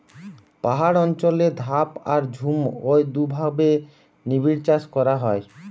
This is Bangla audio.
পাহাড় অঞ্চলে ধাপ আর ঝুম ঔ দুইভাবে নিবিড়চাষ করা হয়